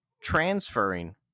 transferring